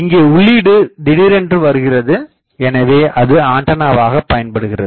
இங்கே உள்ளீடு திடீரென்று வருகிறது எனவே அது ஆண்டனவாக பயன்படுகிறது